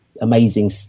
amazing